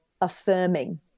affirming